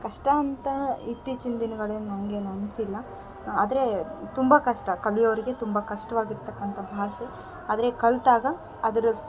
ಕಷ್ಟ ಅಂತ ಇತ್ತಿಚೀನ ದಿನಗಳೇನು ಹಂಗೇನು ಅನಿಸಿಲ್ಲ ಆದರೆ ತುಂಬ ಕಷ್ಟ ಕಲಿಯೋರಿಗೆ ತುಂಬ ಕಷ್ಟವಾಗಿರ್ತಕ್ಕಂಥ ಭಾಷೆ ಆದರೆ ಕಲ್ತಾಗ ಅದರ